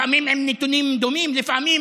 לפעמים עם נתונים דומים, לפעמים